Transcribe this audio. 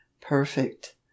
perfect